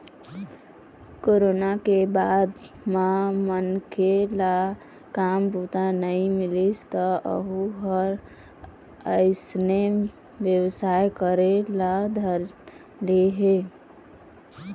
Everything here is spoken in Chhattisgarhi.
कोरोना के बाद म मनखे ल काम बूता नइ मिलिस त वहूँ ह अइसने बेवसाय करे ल धर ले हे